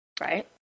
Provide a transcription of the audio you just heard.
right